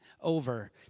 over